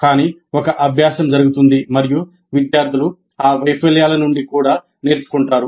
కానీ ఒక అభ్యాసం జరుగుతుంది మరియు విద్యార్థులు ఆ వైఫల్యాల నుండి కూడా నేర్చుకుంటారు